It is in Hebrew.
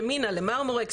ימינה למרמורק,